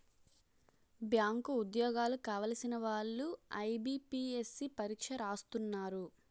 bank ఉద్యోగాలు కావలసిన వాళ్లు ఐబీపీఎస్సీ పరీక్ష రాస్తున్నారు